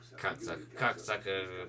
cocksucker